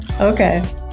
Okay